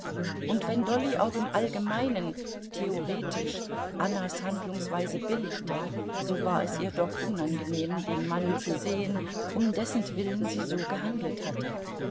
und wenn dolly auch im allgemeinen theoretisch annas handlungsweise billigte so war es ihr doch unangenehm den mann zu sehen um dessentwillen sie so gehandelt hatte